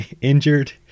injured